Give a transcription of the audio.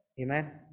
Amen